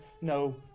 no